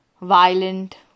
violent